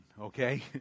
okay